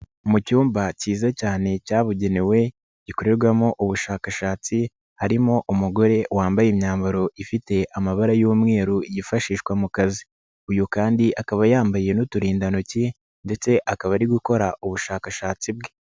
Mu cyumba kiza cyane cyabugenewe gikorerwamo ubushakashatsi harimo umugore wambaye imyambaro ifite amabara y'umweru yifashishwa mu kazi, uyu kandi akaba yambaye n'uturindantoki ndetse akaba ari gukora ubushakashatsi bwe.